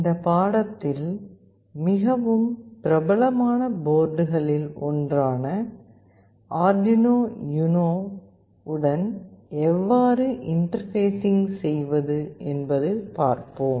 இந்த பாடத்தில் மிகவும் பிரபலமான போர்டுகளில் ஒன்றான அர்டுயினோ யுனோ உடன் எவ்வாறு இன்டர்பேஸிங் செய்வது என பார்ப்போம்